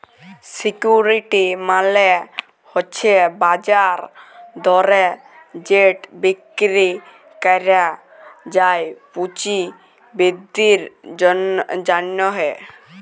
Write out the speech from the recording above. security মালে হছে বাজার দরে যেট বিক্কিরি ক্যরা যায় পুঁজি বিদ্ধির জ্যনহে